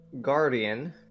Guardian